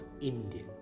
India